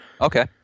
Okay